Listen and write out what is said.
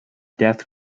death